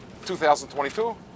2022